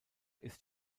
ist